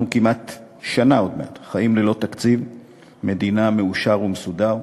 אנחנו כמעט שנה עוד מעט חיים ללא תקציב מדינה מאושר ומסודר,